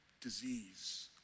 disease